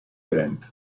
grant